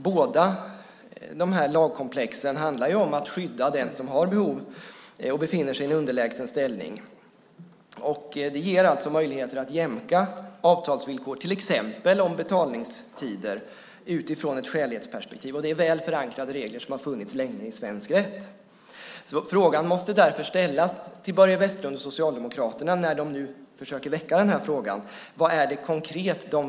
Båda de här lagkomplexen handlar om att skydda den som har behov och befinner sig i en underlägsen ställning. Det ger alltså möjligheter att jämka avtalsvillkor, till exempel om betalningstider, utifrån ett skälighetsperspektiv. Det är väl förankrade regler som har funnits länge i svensk rätt. Frågan måste därför ställas till Börje Vestlund och Socialdemokraterna när de nu försöker väcka den här frågan: Vad vill ni konkret?